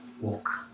walk